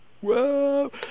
Whoa